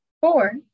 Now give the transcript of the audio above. Four